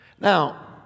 Now